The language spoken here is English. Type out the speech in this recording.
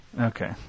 Okay